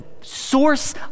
source